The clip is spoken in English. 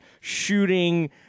shooting